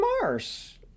Mars